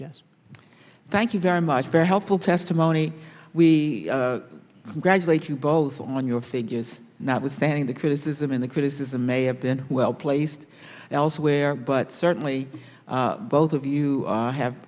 yes thank you very much very helpful testimony we congratulate you both on your figures not withstanding the criticism in the criticism may have been well placed elsewhere but certainly both of you have